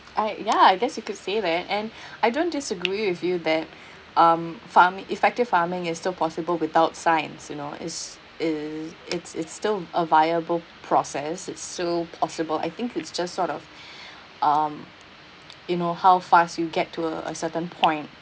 I ya I guess you could say that and I don't disagree with you that um farming effective farming is still possible without science you know it's is it's it's still a viable process it's still possible I think it's just sort of um you know how fast you get to a a certain point